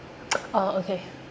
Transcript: orh okay